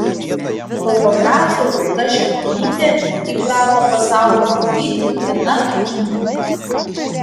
fotografė rūta šimonytė įprato pasaulį matyti viena akimi